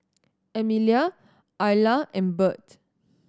Emilia Ayla and Birt